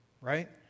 right